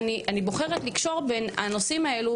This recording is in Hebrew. ואני בוחרת לקשור בין הנושאים האלו,